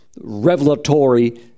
revelatory